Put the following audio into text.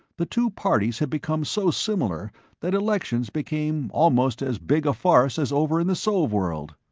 the two parties had become so similar that elections became almost as big a farce as over in the sov-world.